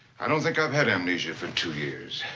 i don't think i've had amnesia for two years.